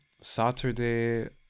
Saturday